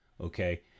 Okay